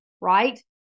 right